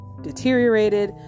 deteriorated